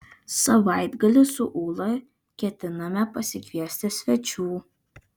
savaitgalį su ūla ketiname pasikviesti svečių